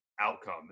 outcome